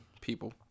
people